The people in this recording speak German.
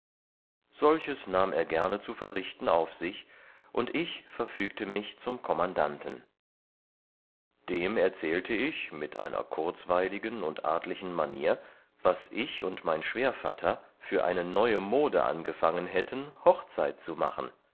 solches nahm er willig und gerne zu verrichten auf sich und ich verfügte mich zum kommandanten dem erzählte ich mit einer kurzweiligen und artlichen manier was ich und mein schwährvatter vor eine neue mode angefangen hätten hochzeit zu machen